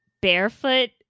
barefoot